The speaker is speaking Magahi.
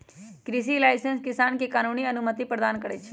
कृषि लाइसेंस किसान के कानूनी अनुमति प्रदान करै छै